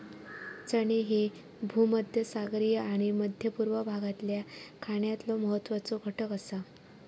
चणे ह्ये भूमध्यसागरीय आणि मध्य पूर्व भागातल्या खाण्यातलो महत्वाचो घटक आसा